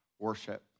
worship